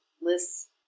lists